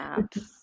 apps